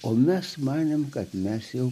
o mes manėme kad mes jau